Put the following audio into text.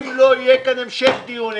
אם לא יהיה כאן המשך דיונים